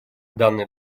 данный